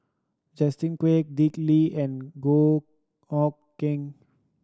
Justin Quek Dick Lee and Goh Hood Keng